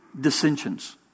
Dissensions